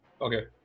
Okay